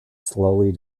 slowly